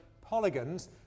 polygons